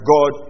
God